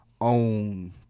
own